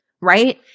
right